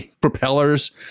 propellers